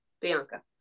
Bianca